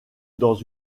dans